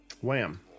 Wham